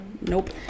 Nope